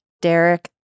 Derek